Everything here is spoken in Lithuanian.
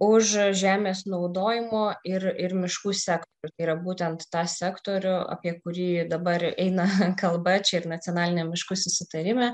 už žemės naudojimo ir ir miškų sektorių tai yra būtent tą sektorių apie kurį dabar eina kalba čia ir nacionaliniam miškų susitarime